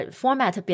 format